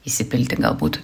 įsipilti galbūt